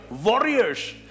Warriors